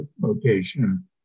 location